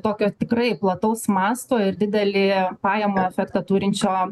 tokio tikrai plataus masto ir didelį pajamų efektą turinčio